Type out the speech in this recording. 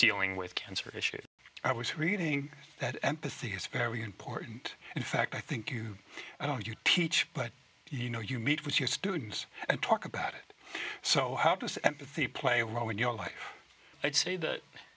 dealing with cancer issues i was reading that empathy is very important in fact i think you know you teach but you know you meet with your students and talk about it so how does empathy play a role in your life i'd say th